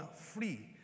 free